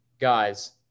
guys